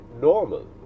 normal